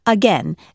Again